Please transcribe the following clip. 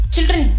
Children